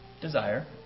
desire